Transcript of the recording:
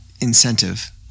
incentive